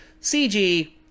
CG